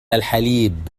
الحليب